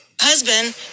husband